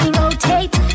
rotate